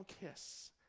kiss